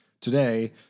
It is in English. today